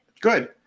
Good